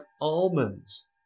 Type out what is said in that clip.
almonds